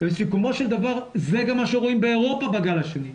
ובסיכומו של דבר זה גם מה שרואים באירופה בגל השני.